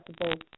possible